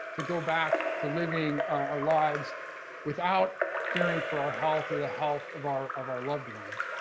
to go back to living our lives without fearing for our health or the health of our of our loved ones.